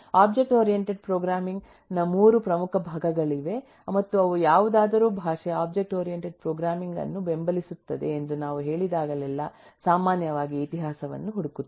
object oriented programming ನ 3 ಪ್ರಮುಖ ಭಾಗಗಳಿವೆ ಮತ್ತು ಯಾವುದಾದರೂ ಭಾಷೆ ಒಬ್ಜೆಕ್ಟ್ ಓರಿಯಂಟೆಡ್ ಪ್ರೋಗ್ರಾಮಿಂಗ್ ಅನ್ನು ಬೆಂಬಲಿಸುತ್ತದೆ ಎಂದು ನಾವು ಹೇಳಿದಾಗಲೆಲ್ಲಾ ಸಾಮಾನ್ಯವಾಗಿ ಇತಿಹಾಸವನ್ನು ಹುಡುಕುತ್ತೇವೆ